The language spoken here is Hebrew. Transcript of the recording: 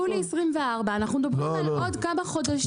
1.7.24. מדברים על עוד כמה חודשים.